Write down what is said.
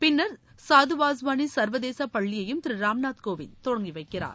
பின்னர் சாதுவாஸ்வானி சர்வதேச பள்ளியையும் திரு ராம்நாத் கோவிந்த் தொடங்கி வைக்கிறார்